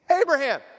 Abraham